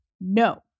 no